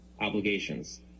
obligations